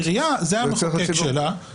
המועצה של העירייה זה המחוקק שלה,